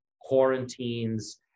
quarantines